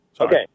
Okay